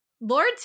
Lord